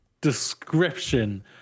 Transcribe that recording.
description